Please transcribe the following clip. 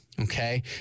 okay